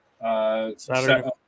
Saturday